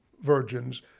virgins